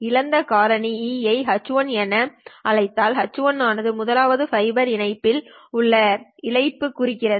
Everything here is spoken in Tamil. இழப்பு காரணி e αLa ஐ H1 என அழைத்தால் H1 ஆனது முதலாவது ஃபைபர் இணைப்புஇல் உள்ள இழப்பு குறிக்கிறது